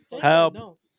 Help